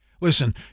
Listen